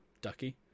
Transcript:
Ducky